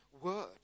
word